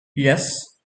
yes